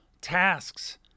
tasks